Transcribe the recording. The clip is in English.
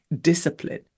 discipline